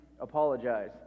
apologize